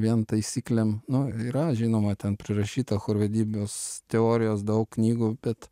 dviem taisyklėm nu yra žinoma ten prirašyta chorvedybos teorijos daug knygų bet